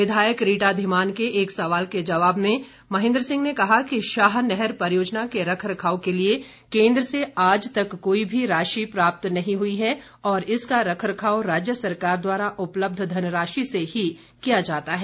विधायक रीटा धीमान के एक सवाल के जवाब में महेंद्र सिंह ने कहा कि शाह नहर परियोजना के रखरखाव के लिए केंद्र से आज तक कोई भी राशि प्राप्त नहीं हुई है और इसका रखरखाव राज्य सरकार द्वारा उपलब्ध धनराशि से ही किया जाता है